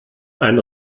ein